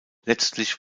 letztlich